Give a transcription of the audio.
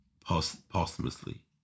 posthumously